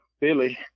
Billy